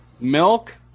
milk